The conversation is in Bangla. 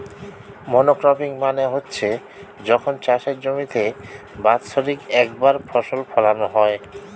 মনোক্রপিং মানে হচ্ছে যখন চাষের জমিতে বাৎসরিক একবার ফসল ফোলানো হয়